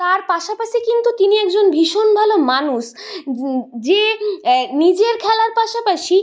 তার পাশাপাশি কিন্তু তিনি একজন ভীষণ ভালো মানুষ যে নিজের খেলার পাশাপাশি